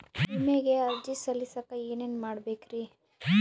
ವಿಮೆಗೆ ಅರ್ಜಿ ಸಲ್ಲಿಸಕ ಏನೇನ್ ಮಾಡ್ಬೇಕ್ರಿ?